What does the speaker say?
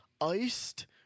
iced